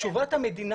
תשובת המדינה